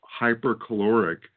hypercaloric